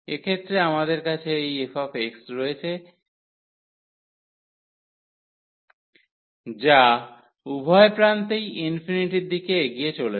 এক্ষেত্রে আমাদের কাছে এই f রয়েছে যা উভয় প্রান্তেই ইনফিনিটির দিকে এগিয়ে চলেছে